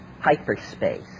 hyperspace